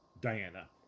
Diana